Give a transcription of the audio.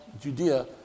Judea